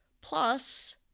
plus